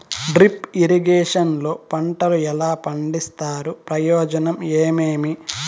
Drip irrigation లో పంటలు ఎలా పండిస్తారు ప్రయోజనం ఏమేమి?